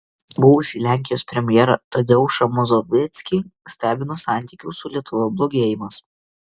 buvusį lenkijos premjerą tadeušą mazoveckį stebina santykių su lietuva blogėjimas